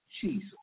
Jesus